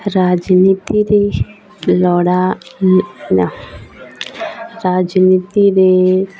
ରାଜନୀତିରେ ରାଜନୀତିରେ